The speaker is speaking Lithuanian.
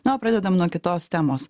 na o pradedam nuo kitos temos